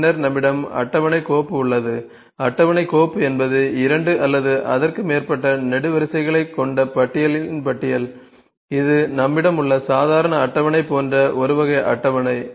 பின்னர் நம்மிடம் அட்டவணை கோப்பு உள்ளது அட்டவணை கோப்பு என்பது இரண்டு அல்லது அதற்கு மேற்பட்ட நெடுவரிசைகளைக் கொண்ட பட்டியலின் பட்டியல் இது நம்மிடம் உள்ள சாதாரண அட்டவணை போன்ற ஒரு வகை அட்டவணை